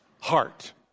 heart